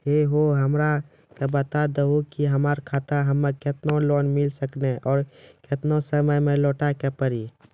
है हो हमरा के बता दहु की हमार खाता हम्मे केतना लोन मिल सकने और केतना समय मैं लौटाए के पड़ी?